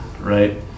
right